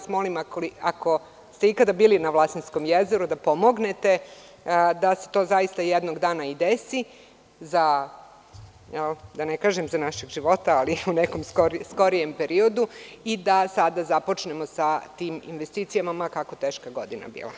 Molim vas ako ste ikada bili na Vlasinskom jezeru da pomognete da se to zaista jednog dana i desi za, da ne kažem našeg života, ali u nekom skorijem periodu i da sada započnemo sa tim investicijama, ma kako teška godina bila.